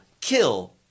kill